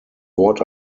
wort